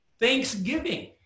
Thanksgiving